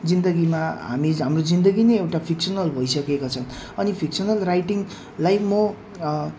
जिन्दगीमा हामी हाम्रो जिन्दगी नै एउटा फिक्सनल भइसकेका छन् अनि फिक्सनल राइटिङलाई म